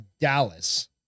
Dallas